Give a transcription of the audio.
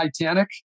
Titanic